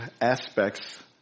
aspects